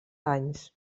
anys